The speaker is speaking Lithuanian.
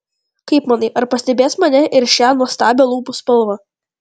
kaip manai ar pastebės mane ir šią nuostabią lūpų spalvą